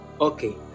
Okay